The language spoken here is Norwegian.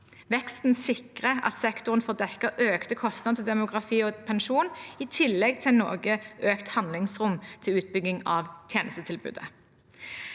Veksten sikrer at sektoren får dekket økte kostnader til demografi og pensjon, i tillegg til noe økt handlingsrom til utbygging av tjenestetilbudet.